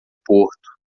porto